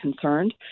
concerned